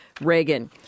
Reagan